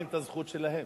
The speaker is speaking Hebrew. מפסידים את הזכות שלהם.